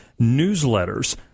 newsletters